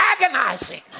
agonizing